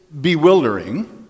bewildering